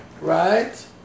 right